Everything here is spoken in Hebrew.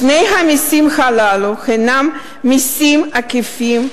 שני המסים הללו הינם מסים עקיפים ורגרסיביים,